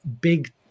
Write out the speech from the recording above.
big